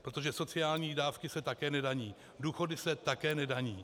Protože sociální dávky se také nedaní, důchody se také nedaní.